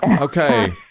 Okay